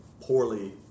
poorly